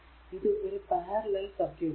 ഇത് ഒരു parallel circuit ആണ്